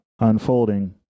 Unfolding